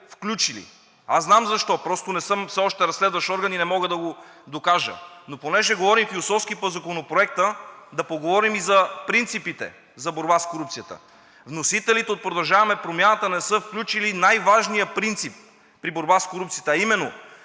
Вносителите от „Продължаваме Промяната“ не са включили най-важния принцип при борба с корупцията,